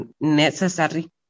necessary